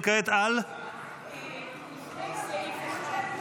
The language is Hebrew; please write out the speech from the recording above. משה טור פז,